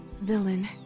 Villain